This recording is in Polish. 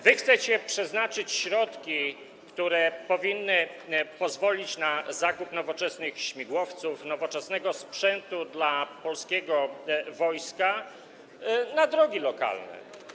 Wy chcecie przeznaczyć środki, które powinny pozwolić na zakup nowoczesnych śmigłowców, nowoczesnego sprzętu dla polskiego wojska, na drogi lokalne.